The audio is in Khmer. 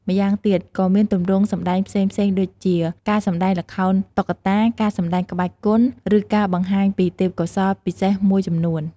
ម្យ៉ាងទៀត ក៏មានទម្រង់សម្ដែងផ្សេងៗដូចជា ការសម្ដែងល្ខោនតុក្កតា ការសម្ដែងក្បាច់គុន ឬការបង្ហាញពីទេពកោសល្យពិសេសមួយចំនួន។